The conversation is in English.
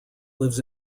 lives